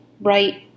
right